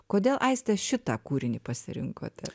kodėl aistė šitą kūrinį pasirinkote